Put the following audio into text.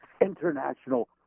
International